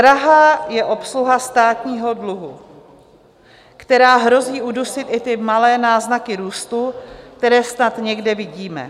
Drahá je obsluha státního dluhu, která hrozí udusit i ty malé náznaky růstu, které snad někde vidíme.